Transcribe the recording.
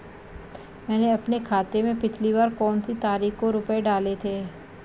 मैंने अपने खाते में पिछली बार कौनसी तारीख को रुपये डाले थे?